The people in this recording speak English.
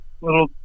little